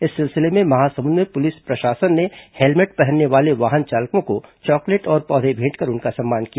इस सिलसिले में महासमुंद में पुलिस प्रशासन ने हेलमेट पहनने वाले वाहन चालकों को चॉकलेट और पौधे भेंटकर उनका सम्मान किया